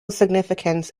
significance